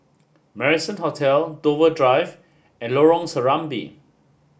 Marrison Hotel Dover Drive and Lorong Serambi